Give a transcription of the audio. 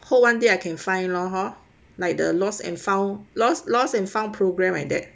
hope one day I can find lor hor like the loss and found lost lost and found program like that